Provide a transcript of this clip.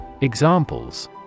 Examples